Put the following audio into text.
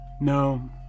No